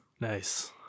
Nice